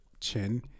chin